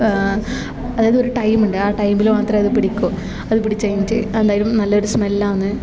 അതായത് ഒരു ടൈമുണ്ട് ആ ടൈമില് മാത്രമേ അത് പിടിക്കൂ അത് പിടിച്ച് കഴിഞ്ഞിട്ട് എന്തായാലും നല്ലൊരു സ്മെല്ലാന്ന്